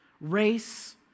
race